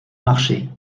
marché